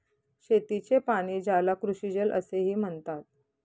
शेतीचे पाणी, ज्याला कृषीजल असेही म्हणतात